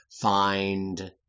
find